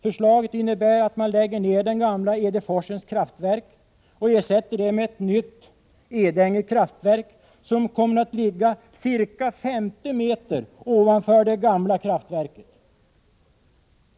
Förslaget innebär att man lägger ned det gamla Edeforsens kraftverk och ersätter det med ett nytt, Edänge kraftverk, som kommer att ligga ca 50 meter ovanför det gamla kraftverket.